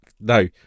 no